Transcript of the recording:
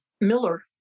Miller